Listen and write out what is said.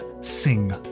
sing